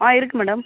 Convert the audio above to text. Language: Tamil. ஆ இருக்கு மேடம்